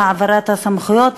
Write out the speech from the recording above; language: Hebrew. בהעברת הסמכויות.